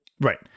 Right